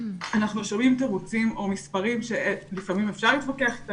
אנחנו שומעים תירוצים או מספרים שלפעמים אפשר להתווכח איתם,